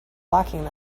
locking